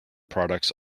products